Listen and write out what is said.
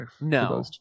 No